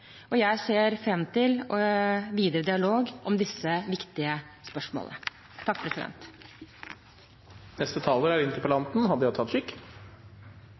samfunnsutfordringer. Jeg ser fram til videre dialog om disse viktige spørsmålene.